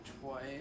twice